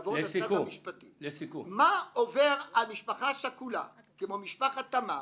מה עובר על משפחה שכולה כמו משפחת תמם,